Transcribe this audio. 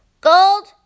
gold